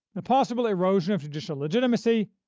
the possible erosion of judicial legitimacy,